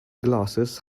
glasses